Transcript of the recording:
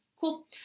Cool